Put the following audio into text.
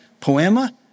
poema